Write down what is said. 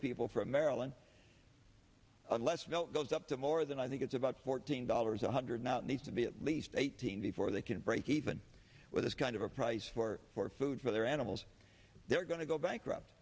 people from maryland unless bell goes up to more than i think it's about fourteen dollars a hundred not need to be at least eighteen before they can break even with this kind of a price for for food for their animals they're going to go bankrupt